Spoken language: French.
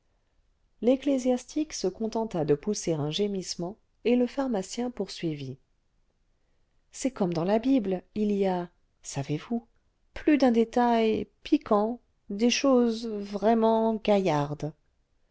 l'ecclésiastique se contenta de pousser un gémissement et le pharmacien poursuivit c'est comme dans la bible il y a savez-vous plus d'un détail piquant des choses vraiment gaillardes